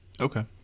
Okay